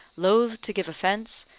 loath to give offence,